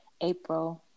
April